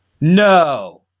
No